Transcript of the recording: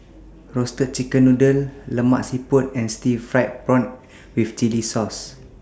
Roasted Chicken Noodle Lemak Siput and Stir Fried Prawn with Chili Sauce